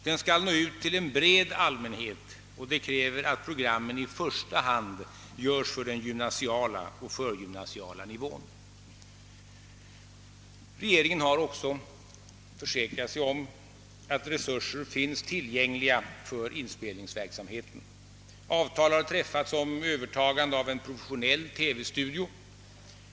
Den skall nå ut till en bred allmänhet och, det krävs att programmen i första hand görs för den gymnasiala och förgymnasiala nivån. Regeringen har också försäkrat sig om att resurser för inspelningsverksamheten finns tillgängliga. Avtal har träffats om övertagande av en professionell TV-studio.